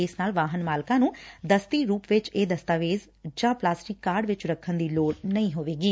ਇਸ ਨਾਲ ਵਾਹਨ ਮਾਲਕਾਂ ਨੂੰ ਦਸਤੀ ਰੂਪ ਵਿਚ ਇਹ ਦਸਤਾਵੇਜ਼ ਜਾਂ ਪਲਾਸਟਿਕ ਕਾਰਡ ਨਾਲ ਰੱਖਣ ਦੀ ਲੋੜ ਨਹੀ ਹੋਵੇਗੀ